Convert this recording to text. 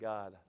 God